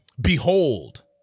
Behold